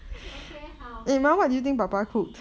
okay 好